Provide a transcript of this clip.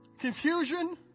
confusion